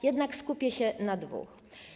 Jednak skupię się na dwóch.